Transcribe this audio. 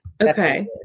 Okay